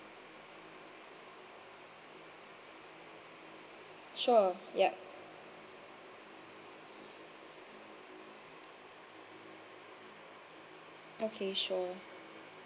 sure yup okay sure